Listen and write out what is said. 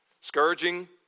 Scourging